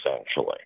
essentially